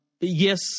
Yes